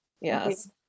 Yes